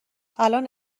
الان